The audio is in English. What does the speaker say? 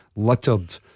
littered